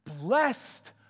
Blessed